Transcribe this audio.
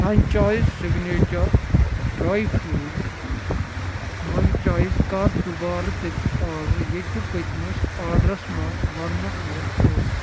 franchise signature dry fruit munchies کر دُبارٕ تٔتی آرڈر ییٚتہِ پٔتمِس آرڈرس منٛز وننہٕ اوس آمُت